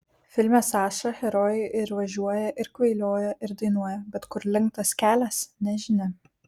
filme saša herojai ir važiuoja ir kvailioja ir dainuoja bet kur link tas kelias nežinia